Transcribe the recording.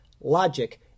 logic